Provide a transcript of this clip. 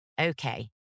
Okay